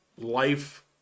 life